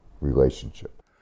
relationship